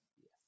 yes